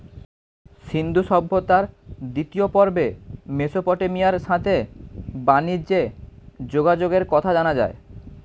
সিন্ধু সভ্যতার দ্বিতীয় পর্বে মেসোপটেমিয়ার সাথে বানিজ্যে যোগাযোগের কথা জানা যায়